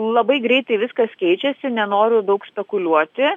labai greitai viskas keičiasi nenoriu daug spekuliuoti